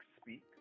Speak